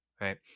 right